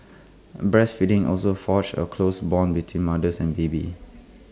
breastfeeding also forges A close Bond between mother and baby